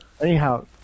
anyhow